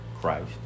Christ